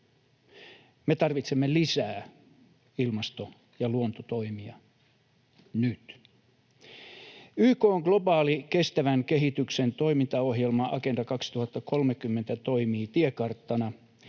me tarvitsemme lisää ilmasto‑ ja luontotoimia nyt. YK:n globaali kestävän kehityksen toimintaohjelma Agenda 2030 toimii tiekarttana